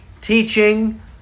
Teaching